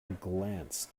glance